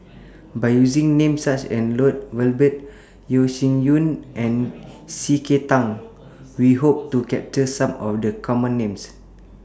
By using Names such as Lloyd Valberg Yeo Shih Yun and C K Tang We Hope to capture Some of The Common Names